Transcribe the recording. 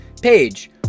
Page